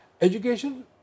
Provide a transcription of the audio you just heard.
Education